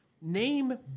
Name